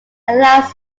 allows